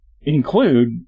include